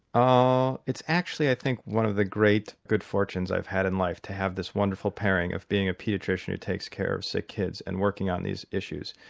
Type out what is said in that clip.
ah it's actually i think one of the great good fortunes i've had in life, to have this wonderful pairing of being a paediatrician who takes care of sick kids, and working on these issues.